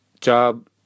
job